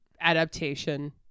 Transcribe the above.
adaptation